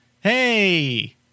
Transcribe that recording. Hey